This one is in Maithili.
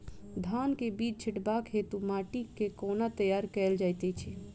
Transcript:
धान केँ बीज छिटबाक हेतु माटि केँ कोना तैयार कएल जाइत अछि?